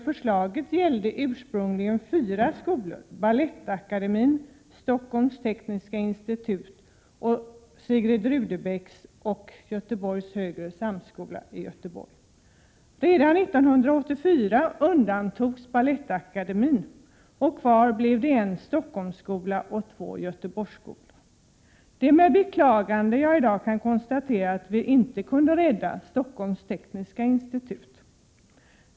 Förslaget gällde ursprungligen fyra skolor: Balettakademin, Stockholms Tekniska Institut, Sigrid Rudebecks gymnasium och Göteborgs högre samskola i Göteborg. Redan 1984 undantogs Balettakademin. Kvar blev en Stockholmsskola och två Göteborgsskolor. Det är med beklagande som jag i dag kan konstatera att vi inte kunde rädda Stockholms Tekniska Institut.